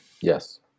Yes